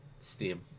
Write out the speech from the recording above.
Steam